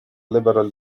liberal